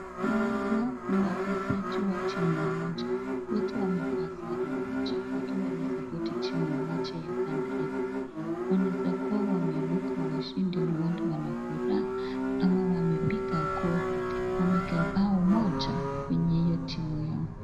Hawa ni wachezaji wa timu moja. Wote wamevaa sare moja wakiwa wanasupport timu moja ya panda FC. Wanaweza kuwa wameibuka washindi ndio wanafuraha ama wamepiga goli. Wamekaa bao moja kwenye hiyo timu yao.